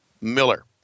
Miller